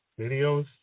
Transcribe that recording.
videos